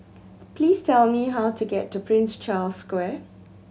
please tell me how to get to Prince Charles Square